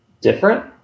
different